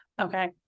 Okay